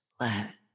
let